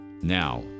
now